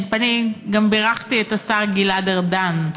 אני גם בירכתי את השר גלעד ארדן,